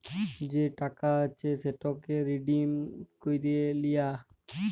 যে টাকা আছে সেটকে রিডিম ক্যইরে লিয়া